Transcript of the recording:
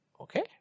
Okay